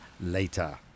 later